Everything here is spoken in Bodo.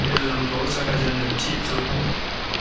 एलार्मखौ जागायजेननो थि खालाम